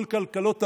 כל כלכלות העולם,